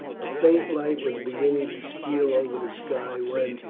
a faint light was beginning to steal over the sky when,